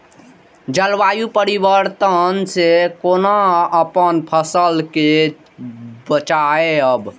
जलवायु परिवर्तन से कोना अपन फसल कै बचायब?